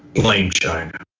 blame china.